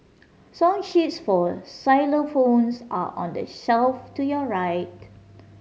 song sheets for xylophones are on the shelf to your right